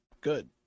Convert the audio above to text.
good